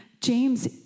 James